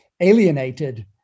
alienated